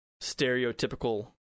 stereotypical